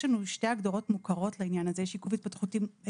יש לנו שתי הגדרות מוכרות לעניין הזה: יש